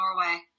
Norway